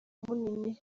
munini